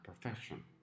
profession